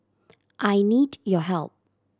I need your help